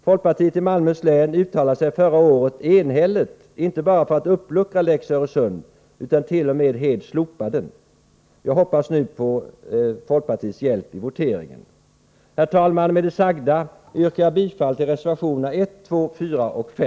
Folkpartiet i Malmöhus län uttalade sig förra året enhälligt inte bara för att uppluckra ”lex Öresund” utan t.o.m. för att helt slopa den. Jag hoppas nu på folkpartiets hjälp i voteringen. Herr talman! Med det sagda yrkar jag bifall till reservationerna 1, 2, 4 och 3